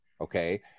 Okay